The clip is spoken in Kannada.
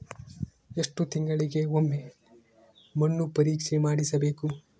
ಎಷ್ಟು ತಿಂಗಳಿಗೆ ಒಮ್ಮೆ ಮಣ್ಣು ಪರೇಕ್ಷೆ ಮಾಡಿಸಬೇಕು?